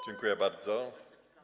Dziękuję bardzo.